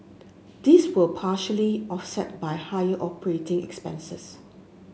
these were partially offset by higher operating expenses